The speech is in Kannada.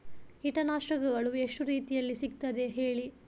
ಕೀಟನಾಶಕಗಳು ಎಷ್ಟು ರೀತಿಯಲ್ಲಿ ಸಿಗ್ತದ ಹೇಳಿ